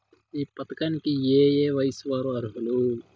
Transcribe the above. ఈ పథకానికి ఏయే వయస్సు వారు అర్హులు?